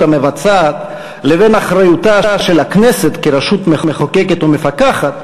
המבצעת לבין אחריותה של הכנסת כרשות מחוקקת ומפקחת,